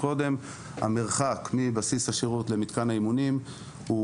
המרחק מבסיס השירות למתקן האימונים הוא